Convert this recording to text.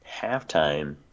Halftime